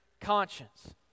conscience